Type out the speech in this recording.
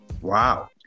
Wow